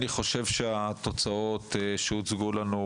אני חושב שהתוצאות שהוצגו לנו,